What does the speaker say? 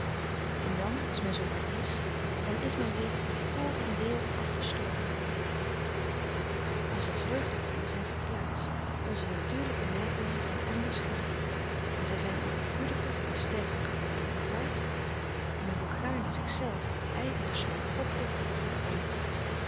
en dan als men zoover is dan is men reeds vr een deel afgestorven voor het eigen onze vreugdebronnen zijn verplaatst onze natuurlijke neigingen zijn anders gericht en zij zijn overvloediger en sterker geworden niet waar en men wil gaarne zichzelf de eigen persoon opofferen voor de anderen